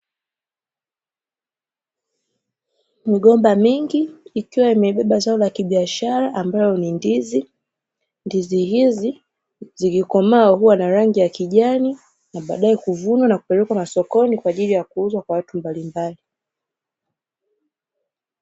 Migomba mingi ikiwa imebeba zao la kibiashara ambalo ni ndizi. Ndizi hizi zikikomaa huwa na rangi ya kijani, na baadaye kuvunwa na kupelekwa masokoni kwa ajili ya kuuzwa kwa watu mbalimbali.